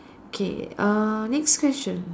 K uh next question